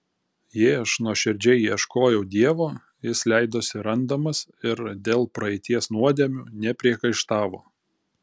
jei aš nuoširdžiai ieškojau dievo jis leidosi randamas ir dėl praeities nuodėmių nepriekaištavo